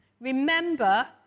Remember